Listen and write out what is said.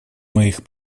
моих